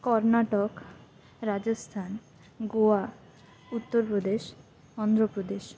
Karnataka Rajasthan Goa Uttar Pradesh Andhra Pradesh